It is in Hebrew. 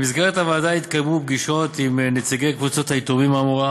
במסגרת הוועדה התקיימו פגישות עם נציגי קבוצת היתומים האמורה.